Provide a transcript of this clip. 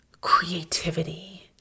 creativity